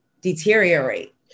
deteriorate